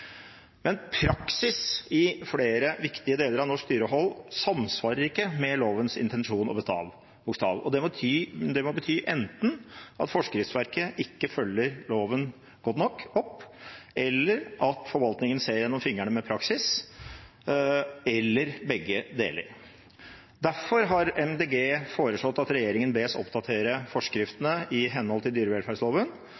Men praksis i flere viktige deler av norsk dyrehold samsvarer ikke med lovens intensjon og bokstav. Det må bety enten at forskriftsverket ikke følger loven godt nok opp, eller at forvaltningen ser gjennom fingrene med praksis, eller begge deler. Derfor har Miljøpartiet De Grønne foreslått at regjeringen bes oppdatere